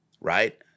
right